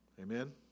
Amen